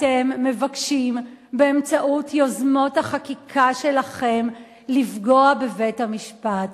אתם מבקשים באמצעות יוזמות החקיקה שלכם לפגוע בבית-המשפט,